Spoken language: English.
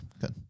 good